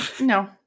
No